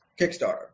Kickstarter